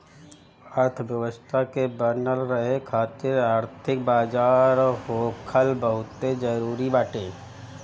अर्थव्यवस्था के बनल रहे खातिर आर्थिक बाजार होखल बहुते जरुरी बाटे